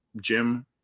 gym